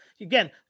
again